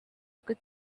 could